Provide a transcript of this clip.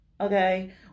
okay